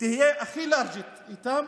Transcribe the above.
תהיה הכי לארג'ית איתם